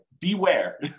beware